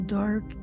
dark